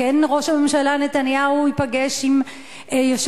כן ראש הממשלה נתניהו ייפגש עם יושב-ראש